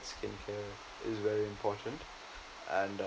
skincare is very important and uh